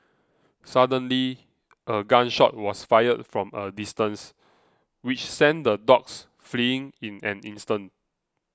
suddenly a gun shot was fired from a distance which sent the dogs fleeing in an instant